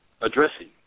addressing